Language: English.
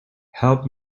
help